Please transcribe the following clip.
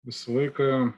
visą laiką